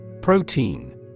Protein